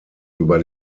über